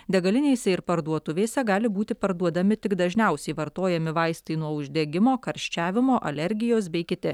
degalinėse ir parduotuvėse gali būti parduodami tik dažniausiai vartojami vaistai nuo uždegimo karščiavimo alergijos bei kiti